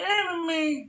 enemy